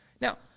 Now